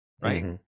Right